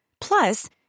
Plus